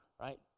right